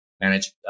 manage